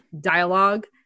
dialogue